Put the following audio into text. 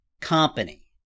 company